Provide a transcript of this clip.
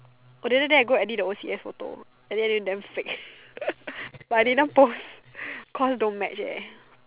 oh then then I go edit the O_C_S photo then then damn fake but I didn't post cause don't match eh